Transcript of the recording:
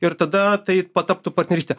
ir tada tai pataptų partneryste